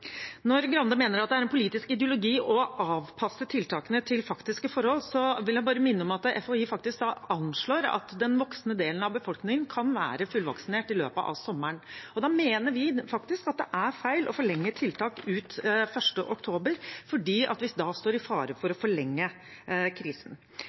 er en politisk ideologi å avpasse tiltakene til faktiske forhold, vil jeg bare minne om at FHI faktisk anslår at den voksne delen av befolkningen kan være fullvaksinert i løpet av sommeren. Da mener vi faktisk at det er feil å forlenge tiltak til 1. oktober, fordi vi da står i fare for